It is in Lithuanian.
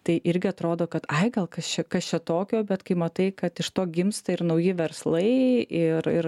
tai irgi atrodo kad ai gal kas čia kas čia tokio bet kai matai kad iš to gimsta ir nauji verslai ir ir